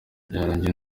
byarangiye